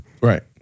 Right